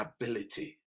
ability